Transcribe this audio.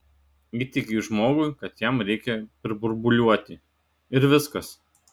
įteigei žmogui kad jam reikia priburbuliuoti ir viskas